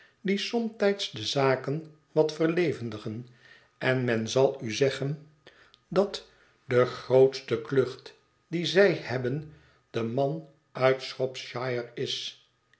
die somtijds de zaken wat verlevendigen en men zal u zeggen dat de grootste klucht die zij hebben de man uit shropshire is